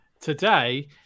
today